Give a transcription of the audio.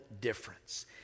difference